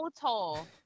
total